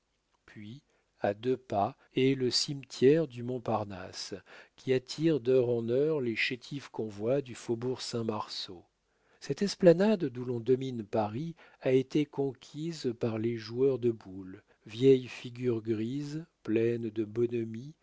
puis à deux pas est le cimetière du mont parnasse qui attire d'heure en heure les chétifs convois du faubourg saint-marceau cette esplanade d'où l'on domine paris a été conquise par les joueurs de boules vieilles figures grises pleines de bonhomie